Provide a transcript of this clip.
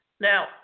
Now